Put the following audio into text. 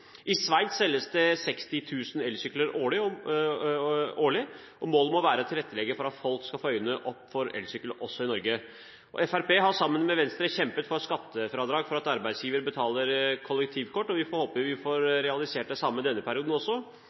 I Sveits selges det 60 000 elsykler årlig, og målet må være å tilrettelegge for at folk skal få øynene opp for elsykkel også i Norge. Fremskrittspartiet har sammen med Venstre kjempet for skattefradrag for at arbeidsgiver betaler kollektivkort, og vi får håpe vi får realisert det samme denne perioden også.